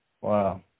Wow